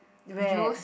where